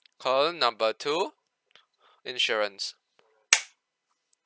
call number two insurance